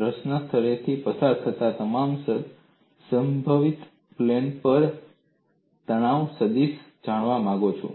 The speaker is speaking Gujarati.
રસના સ્થળેથી પસાર થતા તમામ સંભવિત પ્લેનો પર તણાવ સદીશને જાણવા માગો છો